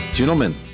gentlemen